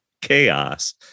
chaos